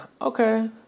Okay